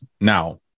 Now